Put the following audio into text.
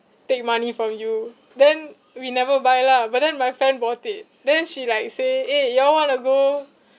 take money from you then we never buy lah but then my friend bought it then she like say eh you all want to go